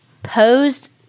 Posed